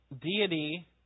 deity